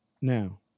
Now